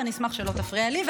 ואני אשמח שלא תפריע לי.